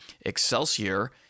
Excelsior